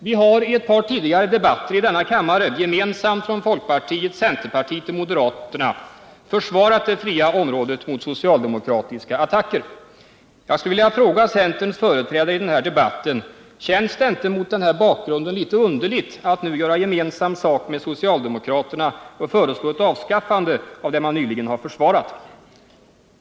Vi har i ett par tidigare debatter i denna kammare gemensamt från folkpartiet, centerpartiet och moderaternas sida försvarat det fria området mot socialdemokratiska attacker. Jag skulle vilja fråga centerns företrädare i denna debatt: Känns det inte mot den bakgrunden litet underligt att nu göra gemensam sak med socialdemokraterna och föreslå ett avskaffande av det man nyligen har försvarat?